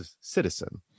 citizen